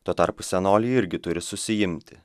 tuo tarpu senoliai irgi turi susiimti